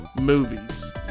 movies